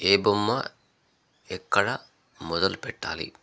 ఏ బొమ్మ ఎక్కడ మొదలు పెట్టాలి